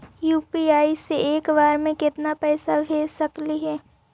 UPI से एक बार मे केतना पैसा भेज सकली हे?